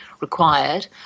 required